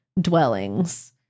dwellings